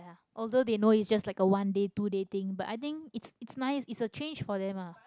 although they know it's just a one day two day thing but I think it's it's nice it's a change for them ah